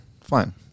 Fine